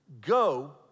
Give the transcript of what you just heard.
Go